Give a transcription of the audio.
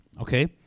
Okay